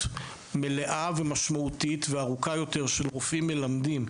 מלאה ומשמעותית וארוכה יותר של רופאים מלמדים".